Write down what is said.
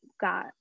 got